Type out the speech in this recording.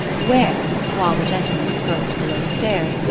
where, while the gentlemen smoked below stairs,